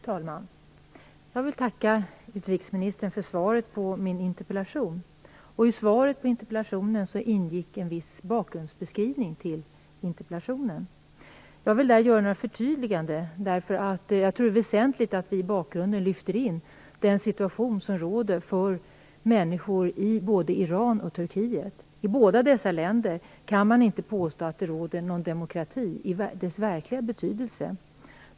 Fru talman! Jag vill tacka utrikesministern för svaret på min interpellation. I svaret ingick viss beskrivning av bakgrunden till interpellationen. Jag vill i det sammanhanget göra några förtydliganden, därför att jag tror att det är väsentligt att vi i bakgrunden lyfter in den situation som råder för människor i både Iran och Turkiet. I inget av dessa länder kan man påstå att det råder demokrati i dess verkliga betydelse.